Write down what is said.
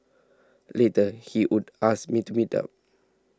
later he would ask me to meet up